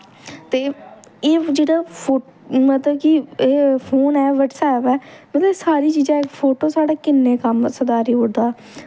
ते एह् जेह्ड़ा फो मतलब कि एह् फोन ऐ बटसैप ऐ मतलब सारियां चीजां फोटो साढ़े किन्ने कम्म सधारी ओड़दा